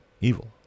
evil